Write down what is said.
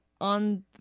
on